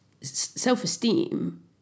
self-esteem